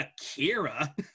Akira